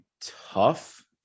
tough